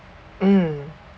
mm